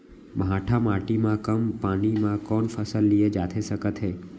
भांठा माटी मा कम पानी मा कौन फसल लिए जाथे सकत हे?